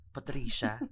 Patricia